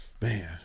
Man